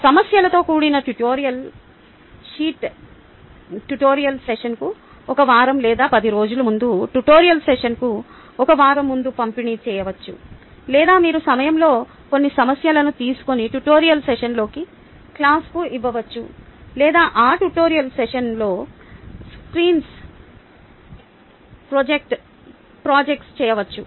సమస్యలతో కూడిన tutorial sheet tutorial సెషన్కు ఒక వారం లేదా 10 రోజుల ముందు ట్యుటోరియల్ సెషన్కు ఒక వారం ముందు పంపిణీ చేయవచ్చు లేదా మీరు ఒక సమయంలో కొన్ని సమస్యలను తీసుకొని ట్యుటోరియల్ సెషన్లోని క్లాస్కు ఇవ్వవచ్చు లేదా ఆ ట్యుటోరియల్ సెషన్లో స్క్రీన్పై ప్రాజెక్ట్ చేయవచ్చు